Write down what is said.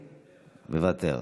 מוותר.